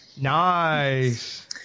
Nice